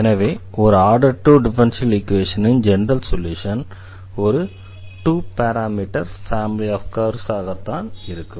எனவே ஒரு order 2 differential ஈக்வேஷனின் ஜெனரல் சொல்யூஷன் ஒரு 2 பாராமீட்டர் ஃபேமிலி ஆஃப் கர்வ்ஸ் ஆகத்தான் இருக்கும்